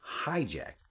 hijack